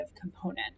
component